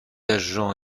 agents